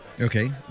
Okay